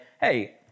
hey